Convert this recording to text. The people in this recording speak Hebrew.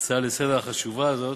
ההצעה לסדר-היום החשובה הזאת,